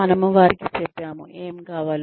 మనము వారికి చెప్పాము ఏమి కావాలో